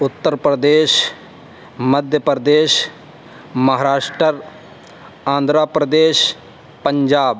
Uttar Pradesh Madhya Pradesh Maharashtra Andhra Pradesh Punjab